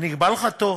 אני אקבע לך תור,